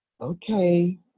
Okay